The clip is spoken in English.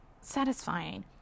satisfying